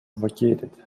vacated